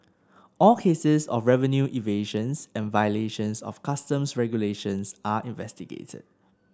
all cases of revenue evasions and violations of Customs regulations are investigated